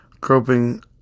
groping